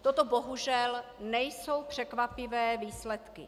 Toto bohužel nejsou překvapivé výsledky.